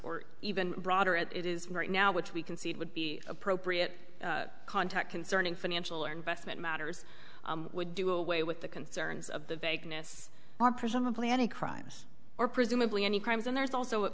or even broader it is right now which we concede would be appropriate contact concerning financial or investment matters would do away with the concerns of the vagueness or presumably any crimes or presumably any crimes and there's also